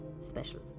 special